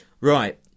Right